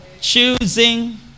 Choosing